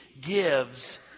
gives